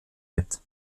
mit